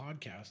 podcast